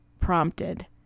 prompted